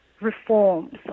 reforms